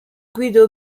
guido